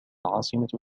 عاصمة